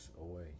away